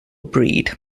bryd